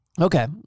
Okay